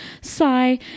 Sigh